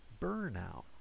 burnout